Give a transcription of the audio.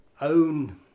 own